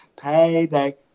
Payday